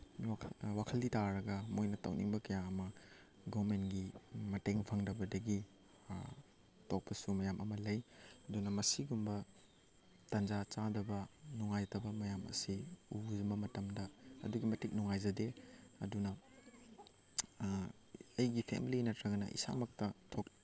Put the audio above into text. ꯋꯥꯈꯜꯗꯤ ꯇꯥꯔꯒ ꯃꯣꯏꯅ ꯇꯧꯅꯤꯡꯕ ꯀꯌꯥ ꯑꯃ ꯒꯣꯔꯃꯦꯟꯒꯤ ꯃꯇꯦꯡ ꯐꯪꯗꯕꯗꯒꯤ ꯇꯣꯛꯄꯁꯨ ꯃꯌꯥꯝ ꯑꯃ ꯂꯩ ꯑꯗꯨꯅ ꯃꯁꯤꯒꯨꯝꯕ ꯇꯟꯖꯥ ꯆꯥꯗꯕ ꯅꯨꯡꯉꯥꯏꯇꯕ ꯃꯌꯥꯝ ꯑꯁꯤ ꯎꯔꯨꯕ ꯃꯇꯝꯗ ꯑꯗꯨꯛꯀꯤ ꯃꯇꯤꯛ ꯅꯨꯡꯉꯥꯏꯖꯗꯦ ꯑꯗꯨꯅ ꯑꯩꯒꯤ ꯐꯦꯃꯤꯂꯤ ꯅꯠꯇ꯭ꯔꯒ ꯏꯁꯥꯃꯛꯇ